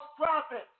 prophets